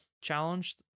challenge